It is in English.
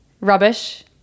Rubbish